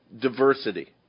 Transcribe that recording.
diversity